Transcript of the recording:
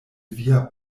via